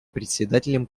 председателем